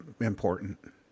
important